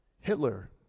Hitler